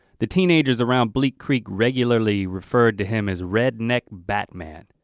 the teenagers around bleak creek regularly referred to him as redneck batman.